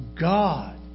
God